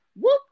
whoop